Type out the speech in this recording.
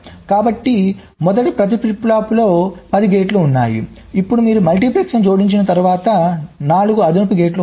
కాబట్టి మొదట ప్రతి ఫ్లిప్ ఫ్లాప్లో పది గేట్లు ఉన్నాయి ఇప్పుడు మీరు మల్టీప్లెక్సర్ను జోడించిన తర్వాత 4 అదనపు గేట్లు ఉన్నాయి